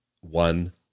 one